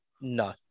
No